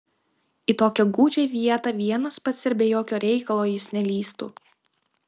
į tokią gūdžią vietą vienas pats ir be jokio reikalo jis nelįstų